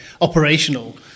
operational